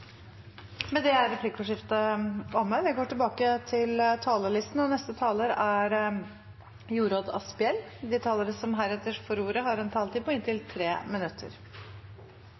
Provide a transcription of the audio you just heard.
Replikkordskiftet er omme. De talere som heretter får ordet, har også en taletid på inntil 3 minutter.